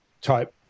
type